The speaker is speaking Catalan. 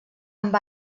amb